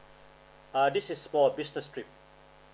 uh this is for business trip